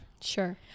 Sure